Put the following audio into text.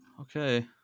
Okay